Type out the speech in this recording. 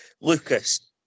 Lucas